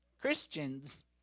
Christians